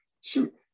shoot